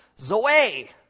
Zoe